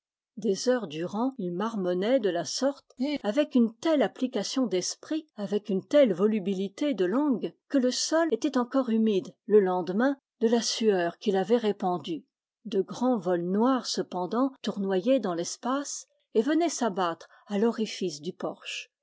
des heures durant il marmonnait de la sorte et avec une telle application d'esprit avec une telle volubilité de langue que le sol était encore humide le lendemain de la sueur qu'il avait répandue de grands vols noirs cependant tour noyaient dans l'espace et venaient s'abattre à l'orifice du porche